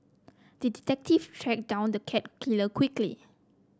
the detective tracked down the cat killer quickly